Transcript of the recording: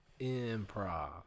improv